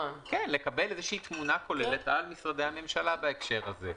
איזושהי תמונה כוללת על משרדי הממשלה בהקשר הזה.